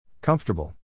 Comfortable